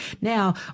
Now